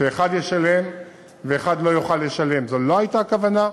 שאחד ישלם ואחד לא יוכל לשלם, זו לא הייתה הכוונה.